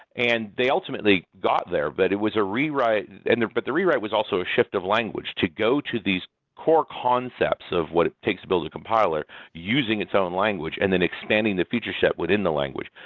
and they ultimately got there, but it was a rewrite and but the rewrite was also a shift of language to go to these core concepts of what it takes to build a compiler using its own language and then expanding the futureship within the language.